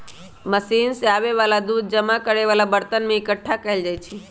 machine से आबे वाला दूध जमा करे वाला बरतन में एकट्ठा कएल जाई छई